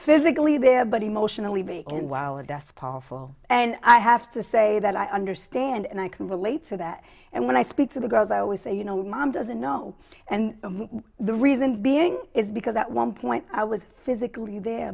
physically there but emotionally being in while a death powerful and i have to say that i understand and i can relate to that and when i speak to the girls i always say you know mom doesn't know and the reason being is because at one point i was physically there